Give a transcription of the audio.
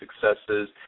successes